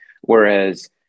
Whereas